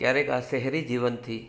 ક્યારેક આ શહેરી જીવનથી